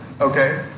okay